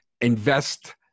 invest